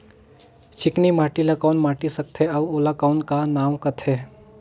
चिकनी माटी ला कौन माटी सकथे अउ ओला कौन का नाव काथे?